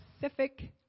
Pacific